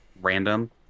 random